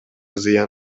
зыян